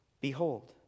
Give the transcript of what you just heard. behold